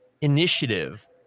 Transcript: Initiative